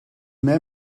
mij